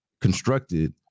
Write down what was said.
constructed